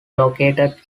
located